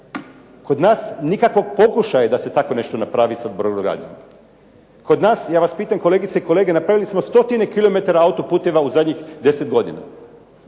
Kod nas nikakvog pokušaja da se takvo nešto napravi sa brodogradnjom. Kod nas, ja vas pitam kolegice i kolege, napravili smo stotine km autoputeva u zadnjih 10 godina.